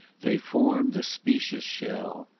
they formed the specious shell.